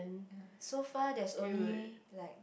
ya so far there's only like